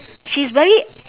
she's very